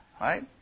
Right